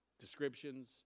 descriptions